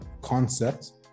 concept